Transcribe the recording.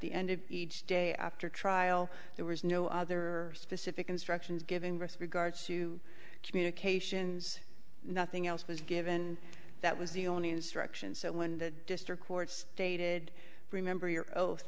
the end of each day after trial there was no other specific instructions given risk regards to communications nothing else was given that was the only instruction so when the district court stated remember your oath